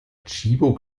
tchibo